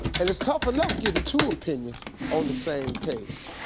and it's tough enough getting two opinions on the same page.